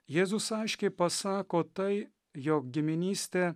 jėzus aiškiai pasako tai jog giminystė